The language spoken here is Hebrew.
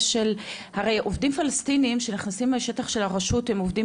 הרי עובדים פלשתינאים שנכנסים מהשטח של הרשות הם עובדים